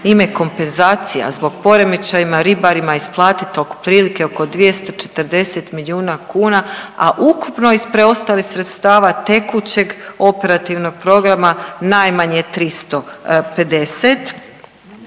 ime kompenzacija zbog poremećaja ribarima isplatiti otprilike oko 240 milijuna kuna, a ukupno iz preostalih sredstava tekućeg operativnog programa najmanje 350.